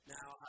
Now